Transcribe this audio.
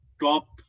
top